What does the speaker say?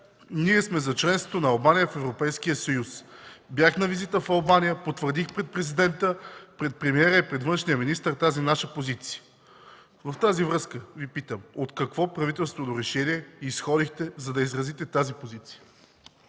„Ние сме са членството на Албания в Европейския съюз. Бях на визита в Албания, потвърдих пред президента, пред премиера и пред външния министър тази наша позиция”. Във връзка с това Ви питам: от какво правителствено решение изходихте, за да изразите тази позиция?